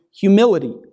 humility